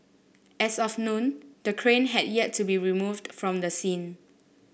as of noon the crane had yet to be removed from the scene